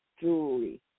jewelry